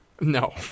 No